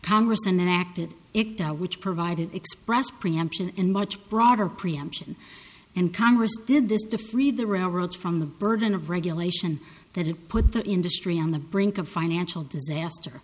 congress and then acted it out which provided express preemption and much broader preemption and congress did this to free the railroads from the burden of regulation that it put the industry on the brink of financial disaster